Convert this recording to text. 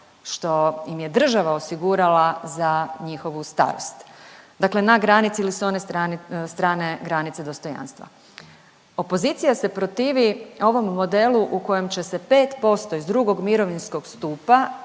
što im je država osigurala za njihovu starost. Dakle na granici ili sa one strane granice dostojanstva. Opozicija se protivi ovom modelu u kojem će se 5% iz II. mirovinskog stupa